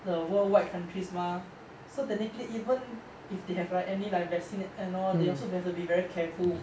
the worldwide countries mah so technically even if they have like any like vaccine and all they also have to be very careful